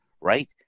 right